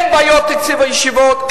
אין בעיות תקציב הישיבות,